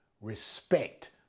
respect